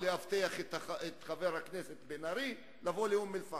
לאבטח את חבר הכנסת בן-ארי שבא לאום-אל-פחם.